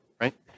right